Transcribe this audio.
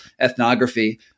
ethnography